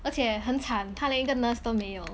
而且很惨他连一个 nurse 都没有